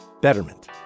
Betterment